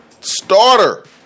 starter